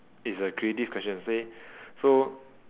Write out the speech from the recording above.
it's a creative question say so